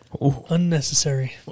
Unnecessary